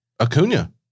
Acuna